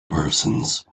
persons